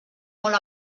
molt